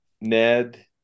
Ned